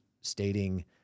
stating